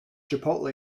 chipotle